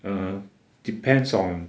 err depends on